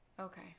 Okay